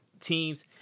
teams